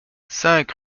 cinq